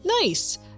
Nice